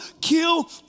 kill